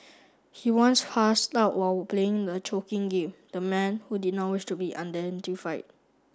he once passed out while playing the choking game the man who did not wish to be identified